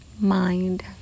mind